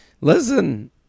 Listen